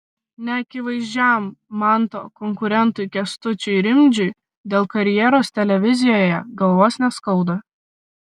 neakivaizdžiam manto konkurentui kęstučiui rimdžiui dėl karjeros televizijoje galvos neskauda